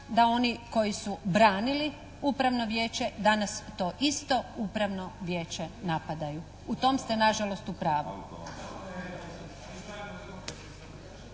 da oni koji su branili upravno vijeće danas to isto upravno vijeće napadaju. U tom ste na žalost u pravu.